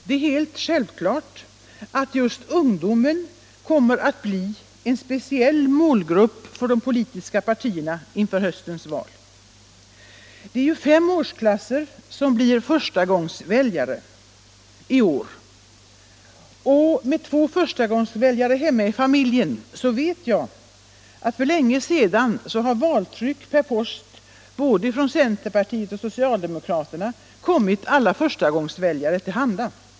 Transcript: Det är helt självklart att just ungdomen kommer att bli en speciell målgrupp för de politiska partierna inför höstens val. Det är ju fem årsklasser som blir förstagångsväljare i år. Och med två förstagångsväljare hemma i familjen vet jag att för länge sedan har valtryck per post från både centerpartiet och socialdemokraterna kommit alla förstagångsväljare till handa.